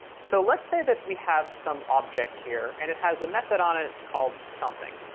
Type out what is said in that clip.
so let's say that we have some object here, and it has a method on it called something,